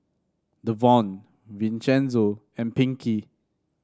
Davon Vincenzo and Pinkey